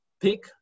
pick